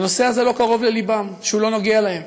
שהנושא הזה לא קרוב ללבם, שהוא לא נוגע להם.